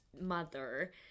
mother